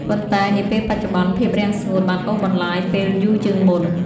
ប៉ុន្តែនាពេលបច្ចុប្បន្ន ភាពរាំងស្ងួតបានអូសបន្លាយពេលយូរជាងមុន។